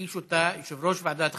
מס' 8976. יגיש אותה יושב-ראש ועדת החינוך,